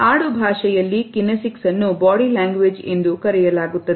ಆಡುಭಾಷೆಯಲ್ಲಿ kinesics ಅನ್ನು body language ಎಂದು ಕರೆಯಲಾಗುತ್ತದೆ